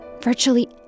Virtually